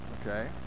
okay